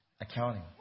Accounting